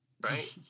right